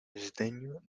desdeño